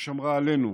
שמרה עלינו,